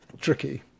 tricky